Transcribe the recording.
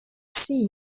see